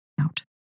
out